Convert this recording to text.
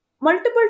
multiple